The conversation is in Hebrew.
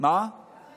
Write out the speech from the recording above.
למה הם